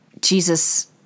Jesus